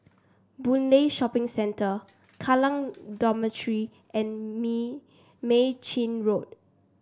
Boon Lay Shopping Centre Kallang Dormitory and Me Mei Chin Road